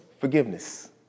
Forgiveness